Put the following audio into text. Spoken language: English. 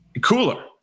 cooler